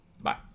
Bye